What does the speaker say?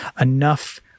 enough